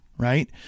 Right